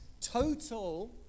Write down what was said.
total